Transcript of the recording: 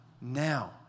now